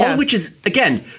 which is, again,